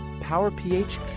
Power-PH